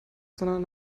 sondern